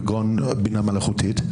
כגון בינה מלאכותית,